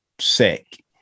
sick